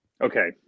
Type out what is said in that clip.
Okay